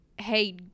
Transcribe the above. hey